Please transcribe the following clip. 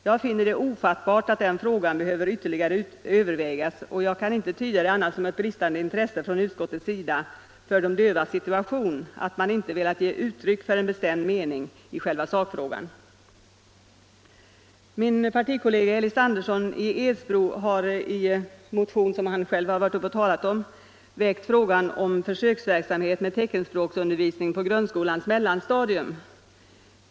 Jag finner det ofattbart att den frågan behöver ytterligare övervägas och jag kan inte tyda det som annat än ett bristande intresse från utskottets sida för de dövas situation att man inte velat ge uttryck för en bestämd mening i själva sakfrågan. Min partikollega Elis Andersson i Edsbro har i den motion han själv talat om i dag väckt frågan om försöksverksamhet med teckenspråksundervisning på grundskolans mellanstadium.